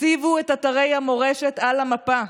הציבו את אתרי המורשת על המפה.